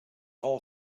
all